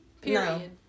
Period